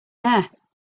there